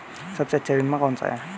सबसे अच्छा बीमा कौन सा है?